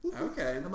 Okay